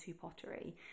pottery